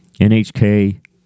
NHK